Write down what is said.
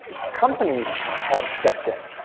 companies have stepped in,